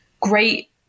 great